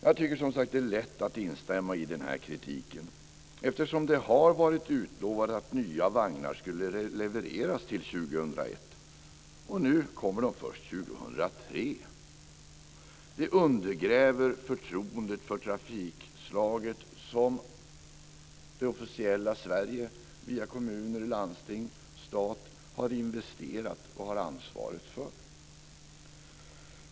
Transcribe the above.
Jag tycker att det är lätt att instämma i kritiken, eftersom det har varit utlovat att nya vagnar skulle levereras till 2001 och nu kommer de först 2003. Det undergräver förtroendet för trafikslaget som det officiella Sverige via kommuner, landsting och stat har investerat i och har ansvaret för.